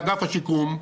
באגף השיקום,